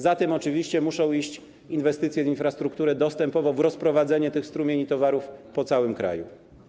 Za tym oczywiście muszą iść inwestycje w infrastrukturę dostępową, w rozprowadzenie tych strumieni towarów po całym kraju.